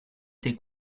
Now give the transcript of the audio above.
tes